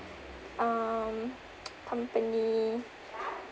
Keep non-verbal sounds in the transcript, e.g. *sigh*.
um *noise* company